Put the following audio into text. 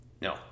No